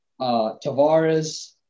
Tavares